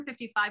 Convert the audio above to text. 155